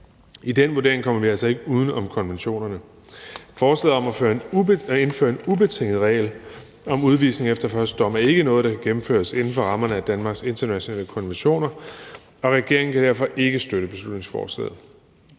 I den vurdering kommer vi altså ikke uden om konventionerne. Forslaget om at indføre en ubetinget regel om udvisning efter første dom er ikke noget, der kan gennemføres inden for rammerne af Danmarks internationale konventioner, og regeringen kan derfor ikke støtte beslutningsforslaget.